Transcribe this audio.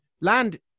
land